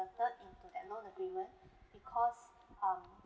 into that loan agreement because um